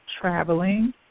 traveling